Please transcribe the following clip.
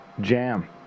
jam